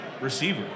receiver